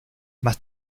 más